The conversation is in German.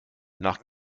nach